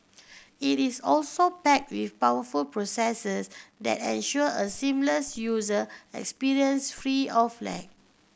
it is also packed with powerful processors that ensure a seamless user experience free of lag